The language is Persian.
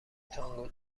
تانگو